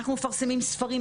אנחנו מפרסמים ספרים,